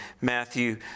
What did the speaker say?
Matthew